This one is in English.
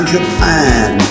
Japan